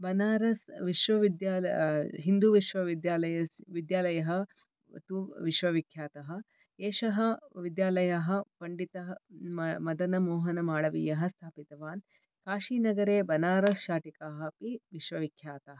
बनारस् विश्वविद्याल हिन्दूविश्वविद्यालयस् विद्यालयः तु विश्वविख्यातः एषः विद्यालयः पण्डितः मदनमोहनमाळवीयः स्थापितवान् काशीनगरे बनारस् शाटिकाः अपि विश्वविख्याताः